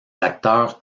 acteurs